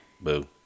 Boo